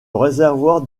réservoir